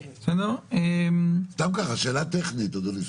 סתם ככה, שאלה טכנית, אדוני.